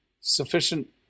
sufficient